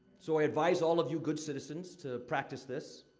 so, i advise all of you good citizens to practice this.